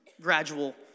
gradual